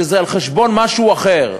שזה על חשבון משהו אחר.